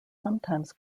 sometimes